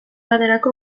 baterako